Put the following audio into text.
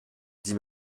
dit